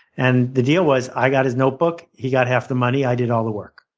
and the deal was i got his notebook, he got half the money, i did all the work.